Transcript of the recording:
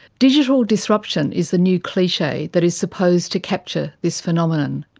digital disruption is the new cliche that is supposed to capture this phenomenon.